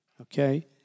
okay